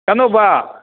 ꯀꯝꯗꯧꯕ